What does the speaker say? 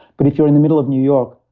but if you're in the middle of new york,